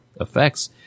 effects